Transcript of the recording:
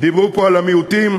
דיברו פה על המיעוטים,